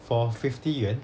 for fifty 元